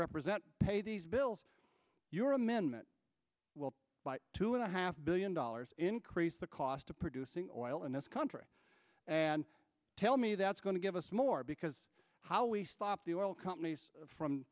represent pay these bills your amendment will buy two and a half billion dollars increase the cost of producing oil in this country and tell me that's going to give us more because how we stop the oil companies from